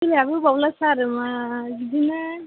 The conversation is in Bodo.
खेलायाबो बावला सार बिदिनो